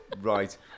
right